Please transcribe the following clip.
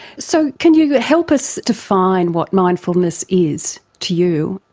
so can you help us define what mindfulness is to you?